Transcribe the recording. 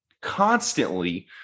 constantly